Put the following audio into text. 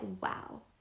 wow